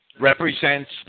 represents